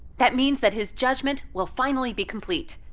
that means that his judgment will finally be complete.